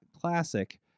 classic